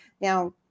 Now